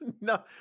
No